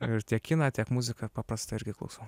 ir tiek kiną tiek muziką paprastą irgi klausau